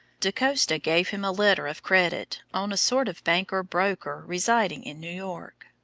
da costa gave him a letter of credit on a sort of banker-broker residing in new york.